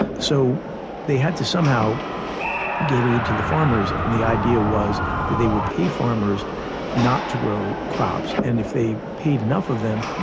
so they had to somehow get aid to the farmers. the idea was that they would pay farmers not to grow crops and if they paid enough of them,